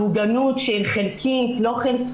המוגנות שהיא חלקית או לא חלקית,